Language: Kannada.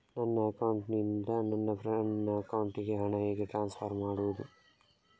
ನನ್ನ ಅಕೌಂಟಿನಿಂದ ನನ್ನ ಫ್ರೆಂಡ್ ಅಕೌಂಟಿಗೆ ಹಣ ಹೇಗೆ ಟ್ರಾನ್ಸ್ಫರ್ ಮಾಡುವುದು?